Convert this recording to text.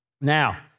Now